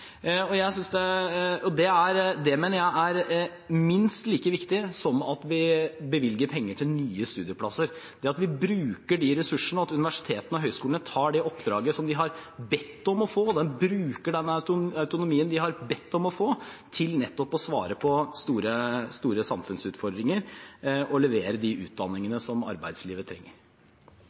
At vi bruker de ressursene, at universitetene og høyskolene tar det oppdraget som de har bedt om å få, og at de bruker den autonomien de har bedt om å få, til nettopp å svare på store samfunnsutfordringer og levere de utdanningene som arbeidslivet trenger,